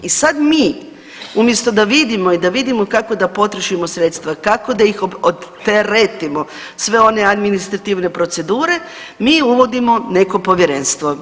I sad mi umjesto da vidimo i da vidimo kako da potrošimo sredstva, kako da ih odteretimo sve one administrativne procedure mi uvodimo neko povjerenstvo.